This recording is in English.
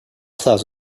clouds